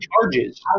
charges